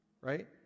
Right